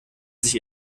sich